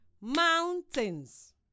mountains